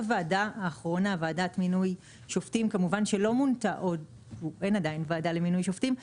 לא מונתה עדיין ועדה למינוי שופטים.